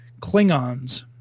Klingons